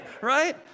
Right